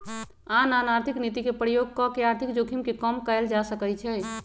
आन आन आर्थिक नीति के प्रयोग कऽ के आर्थिक जोखिम के कम कयल जा सकइ छइ